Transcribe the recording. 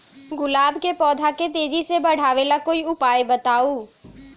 गुलाब के पौधा के तेजी से बढ़ावे ला कोई उपाये बताउ?